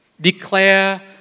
declare